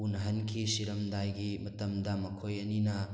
ꯎꯅꯍꯟꯈꯤ ꯁꯤꯔꯝꯗꯥꯏꯒꯤ ꯃꯇꯝꯗ ꯃꯈꯣꯏ ꯑꯅꯤꯅ